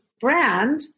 brand